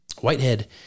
Whitehead